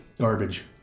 Garbage